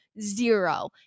zero